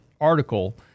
article